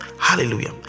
hallelujah